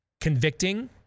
convicting